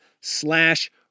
slash